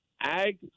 ag